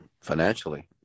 financially